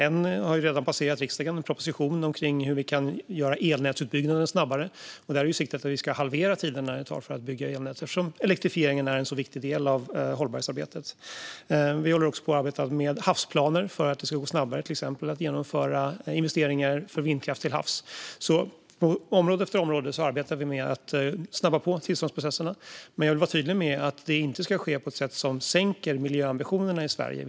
Ett har redan passerat riksdagen, en proposition om hur vi kan göra elnätsutbyggnaden snabbare. Där siktar vi på att halvera tiderna det tar att bygga elnät eftersom elektrifieringen är en så viktig del av hållbarhetsarbetet. Vi arbetar också med havsplaner för att det ska gå snabbare att till exempel genomföra investeringar i vindkraft till havs. På område för område arbetar vi alltså med att snabba på tillståndsprocesserna. Men jag vill vara tydlig med att detta inte ska ske på ett sätt som sänker miljöambitionerna i Sverige.